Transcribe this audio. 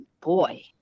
boy